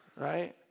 right